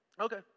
Okay